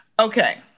okay